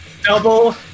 Double